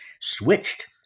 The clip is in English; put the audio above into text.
switched